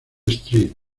street